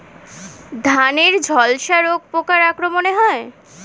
ধানের ঝলসা রোগ পোকার আক্রমণে হয়?